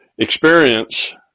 experience